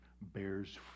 bears